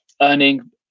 earning